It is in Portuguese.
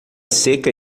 seca